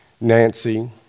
Nancy